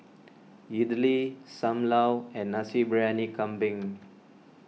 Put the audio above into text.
Idly Sam Lau and Nasi Briyani Kambing